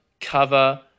cover